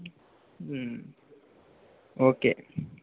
okay